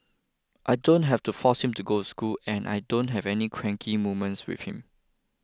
I don't have to force him to go to school and I don't have any cranky moments with him